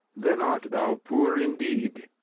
then art thou poor indeed.